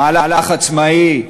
מהלך עצמאי,